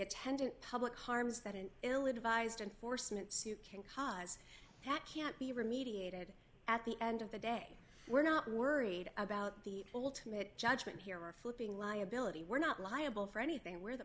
attendant public harms that an ill advised enforcement sue can cause that can't be remediated at the end of the day we're not worried about the ultimate judgment here or flipping liability we're not liable for anything where the